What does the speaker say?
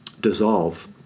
dissolve—